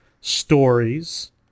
stories